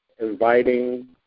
inviting